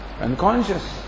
unconscious